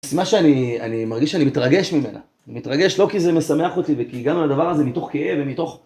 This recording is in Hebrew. משימה שאני, אני מרגיש שאני מתרגש ממנה. אני מתרגש לא כי זה משמח אותי וכי הגענו לדבר הזה מתוך כאב ומתוך...